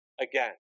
again